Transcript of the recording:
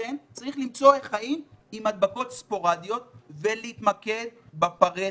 לכן צריך למצוא איך חיים עם הדבקות ספורדיות ולהתמקד בפארטו,